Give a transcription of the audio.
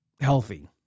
healthy